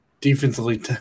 defensively